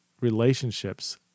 relationships